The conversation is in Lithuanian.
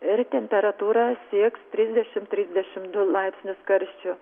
ir temperatūra sieks trisdešim trisdešim du laipsnius karščio